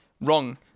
Wrong